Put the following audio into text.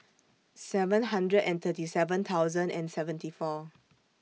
seven hundred and thirty seven thousand and seventy four